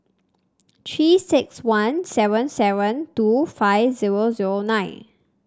Three six one seven seven two five zero zero nine